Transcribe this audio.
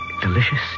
Delicious